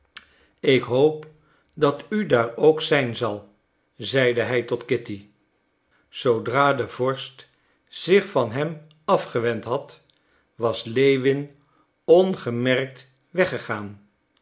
ik hoop dat u daar ook zijn zal zeide hij tot kitty zoodra de vorst zich van hem afgewend had was lewin ongemerkt